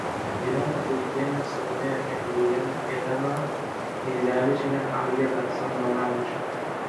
ireną guigienę salomėją kemzūrienę ireną kneizevičienę algirdą sandonavičių